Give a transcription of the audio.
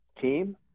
team